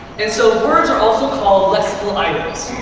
and so words are also called lexical items.